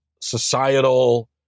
societal